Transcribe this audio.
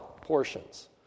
portions